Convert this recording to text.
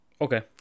Okay